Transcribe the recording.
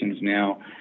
now